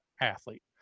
athlete